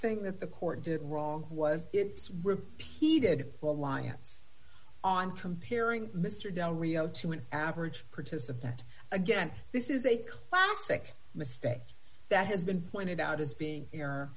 thing that the court did wrong was its repeated alliance on comparing mr del rio to an average participant again this is a classic mistake that has been pointed out as being er